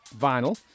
vinyl